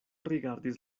rigardis